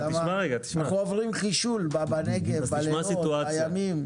אנחנו עוברים חישול בנגב, בלילות ובימים.